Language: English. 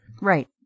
Right